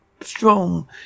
strong